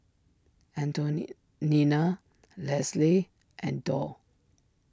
Nina Lesly and Doll